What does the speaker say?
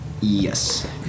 Yes